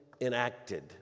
enacted